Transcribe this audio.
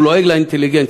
הוא לועג לאינטליגנציה.